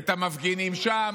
את המפגינים שם,